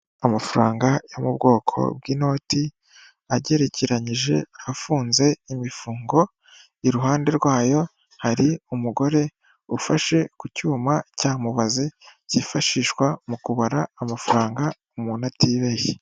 Amafaranga yo mu bwoko bw'inoti agerekeranyije afunze imifungo, iruhande rwayo hari umugore ufashe ku cyuma cya mubaze cyifashishwa mu kubara amafaranga umuntu atibeshye.